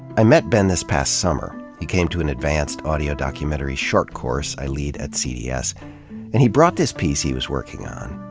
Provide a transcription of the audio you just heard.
i met ben this past summer. he came to an advanced audio documentary short course i lead at cds and he brought this piece he was working on.